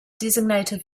designated